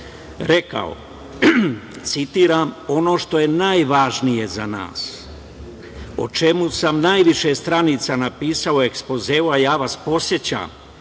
rekao, citiram - ono što je najvažnije za nas, o čemu sam najviše stranica napisao u ekspozeu, a ja vas podsećam,